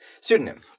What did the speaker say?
Pseudonym